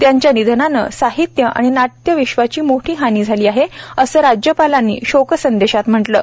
त्यांच्या निधनाने साहित्य आणि नाट्य विश्वाची मोठी हानी झाली आहे असं राज्यपालांनी शोकसंदेशात म्हटलं आहे